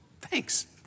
Thanks